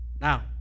now